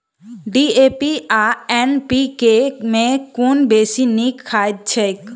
DAP आ NPK मे कुन बेसी नीक खाद छैक?